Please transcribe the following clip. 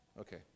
Okay